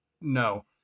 no